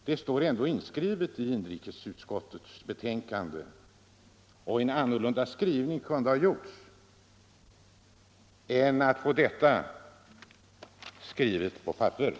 Det står nu ändå inskrivet i inrikesutskottets betänkande. Man kunde ha gjort en annan skrivning och sluppit att få detta satt på pränt.